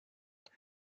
they